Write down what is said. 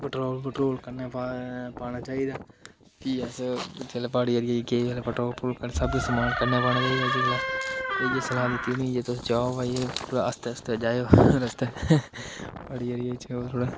petrol पट्रूल कन्नै पाना चाहिदा भी अस जेल्लै प्हाड़ी एरिये गे असें पैट्रोल पट्रूल सब किश समान कन्नै पाना चाहिदा जिसलै इ'यै सलाह् दित्ती उ'नें ई कि तुस जाओ भाई ते कुतै आस्तै आस्तै जाएओ रस्ते प्हाड़ी एरिये च ओह् थोह्ड़ा